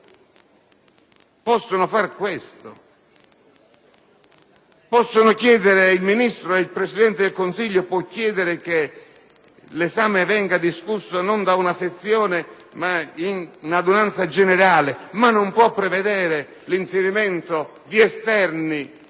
la compilazione». Il Ministro e il Presidente del Consiglio possono chiedere che l'affare venga discusso non da una sezione, ma in adunanza generale. Ma non si può prevedere l'inserimento di esterni